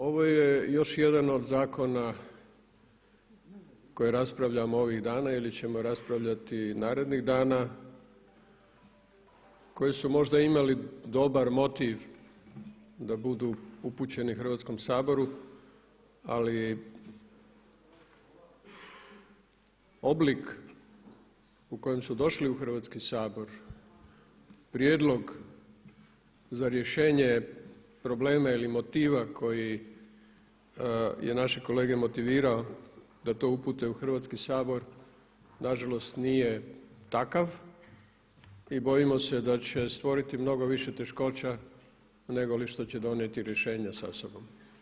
Ovo je još jedan od zakona koji raspravljamo ovih dana ili ćemo raspravljati narednih dana koji su možda imali dobar motiv da budu upućeni Hrvatskom saboru ali oblik u kojem su došli u Hrvatski sabor, prijedlog za rješenje problema ili motiva koji je naše kolege motivirao da to upute u Hrvatski sabor nažalost nije takav i bojimo se da će stvoriti mnogo više teškoća nego li što će donijeti rješenja sa sobom.